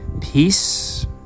Peace